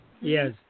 Yes